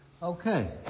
Okay